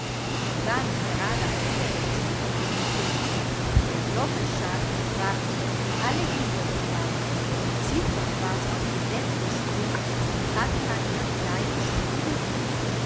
sie war nicht gerade eine heldin die gute miß der glockenschall war ihr in alle glieder gefahren zitternd war sie aus dem bette gesprungen und hatte nach ihren kleidungsstücken gesucht